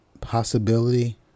possibility